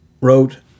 Wrote